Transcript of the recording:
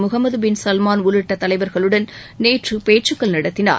Mohammed bin Salman உள்ளிட்ட தலைவர்களுடன் நேற்று பேச்சுக்கள் நடத்தினார்